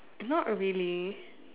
not really